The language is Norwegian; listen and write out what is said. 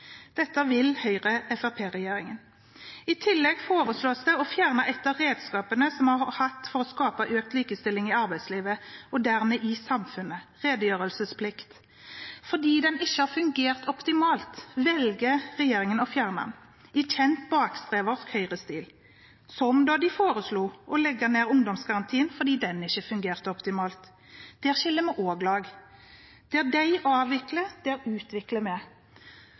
Dette vil Høyre–Fremskrittsparti-regjeringen. I tillegg foreslås det å fjerne et av redskapene vi har hatt for å skape økt likestilling i arbeidslivet og dermed i samfunnet: redegjørelsesplikten. Fordi den ikke har fungert optimalt, velger regjeringen å fjerne den – i kjent bakstreversk høyrestil, som da de foreslo å legge ned ungdomsgarantien fordi den ikke fungerte optimalt. Der skiller vi også lag. Der de